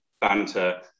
banter